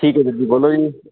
ਠੀਕ ਹੈ ਵੀਰ ਜੀ ਬੋਲੋ ਜੀ